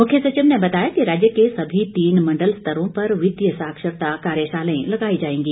मुख्य सचिव ने बताया कि राज्य के सभी तीन मण्डल स्तरों पर वितीय साक्षरता कार्यशालाएं लगाई जाएंगी